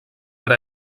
per